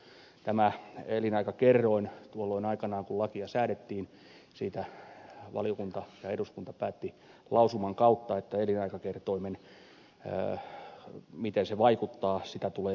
tuolloin aikanaan kun lakia säädettiin valiokunta ja eduskunta päättivät lausuman kautta että elinaikakertoimen vaikutus tulee selvittää